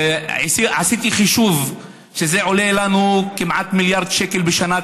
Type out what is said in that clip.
עשיתי חישוב שזה עולה לנו כמעט מיליארד שקל בשנה,